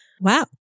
Wow